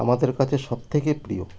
আমাদের কাছে সব থেকে প্রিয়